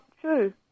True